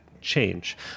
change